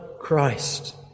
Christ